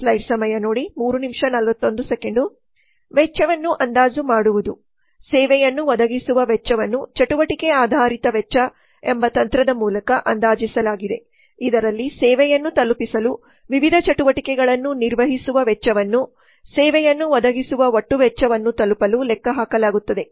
ವೆಚ್ಚವನ್ನು ಅಂದಾಜು ಮಾಡುವುದು ಸೇವೆಯನ್ನು ಒದಗಿಸುವ ವೆಚ್ಚವನ್ನು ಚಟುವಟಿಕೆ ಆಧಾರಿತ ವೆಚ್ಚ ಎಬಿಸಿಎಂಬ ತಂತ್ರದ ಮೂಲಕ ಅಂದಾಜಿಸಲಾಗಿದೆ ಇದರಲ್ಲಿ ಸೇವೆಯನ್ನು ತಲುಪಿಸಲು ವಿವಿಧ ಚಟುವಟಿಕೆಗಳನ್ನು ನಿರ್ವಹಿಸುವ ವೆಚ್ಚವನ್ನು ಸೇವೆಯನ್ನು ಒದಗಿಸುವ ಒಟ್ಟು ವೆಚ್ಚವನ್ನು ತಲುಪಲು ಲೆಕ್ಕಹಾಕಲಾಗುತ್ತದೆ